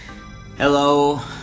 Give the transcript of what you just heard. hello